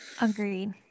Agreed